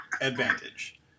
advantage